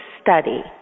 study